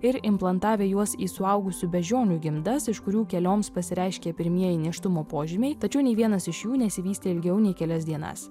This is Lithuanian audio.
ir implantavę juos į suaugusių beždžionių gimdas iš kurių kelioms pasireiškė pirmieji nėštumo požymiai tačiau nei vienas iš jų nesivystė ilgiau nei kelias dienas